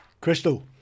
Crystal